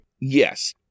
Yes